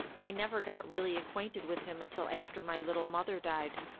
i never got really acquainted with him until after my little mother died.